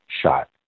shot